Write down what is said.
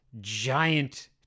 giant